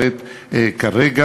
ובראשם את חברת הכנסת שלי יחימוביץ.